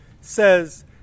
says